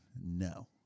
No